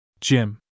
Jim